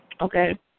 okay